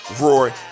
Roy